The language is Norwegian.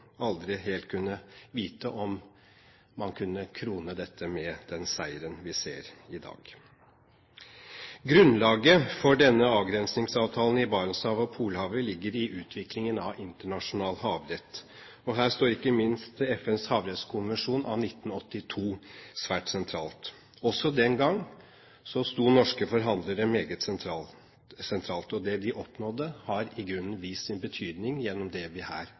aldri helt har kunnet vite om man kunne krone dette med den seieren vi ser i dag. Grunnlaget for denne avgrensningsavtalen i Barentshavet og Polhavet ligger i utviklingen av internasjonal havrett. Her står ikke minst FNs havrettskonvensjon av 1982 svært sentralt. Også den gang sto norske forhandlere meget sentralt. Det de oppnådde, har i grunnen vist sin betydning gjennom det vi her